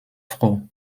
froh